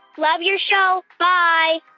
love your show. bye